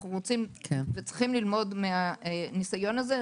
יש ללמוד מהניסיון הזה.